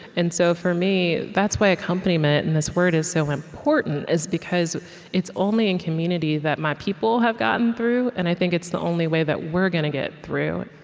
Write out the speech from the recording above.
and so, for me, that's why accompaniment and this word is so important is because it's only in community that my people have gotten through, and i think it's the only way that we're gonna get through